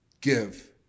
give